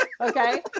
Okay